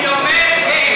אני אומר כן.